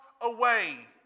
away